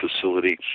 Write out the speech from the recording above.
facility